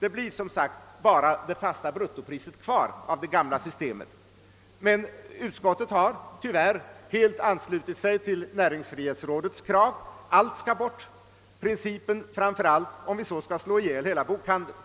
Det blir, som sagt, bara det fasta bruttopriset kvar därav. Men utskottet har tyvärr helt anslutit sig till näringsfrihetsrådets krav att allt skall bort. Principen framför allt, om vi så skall slå ihjäl hela bokhandeln!